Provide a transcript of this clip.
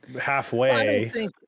halfway